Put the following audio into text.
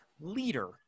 leader